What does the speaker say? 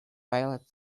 failed